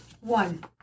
one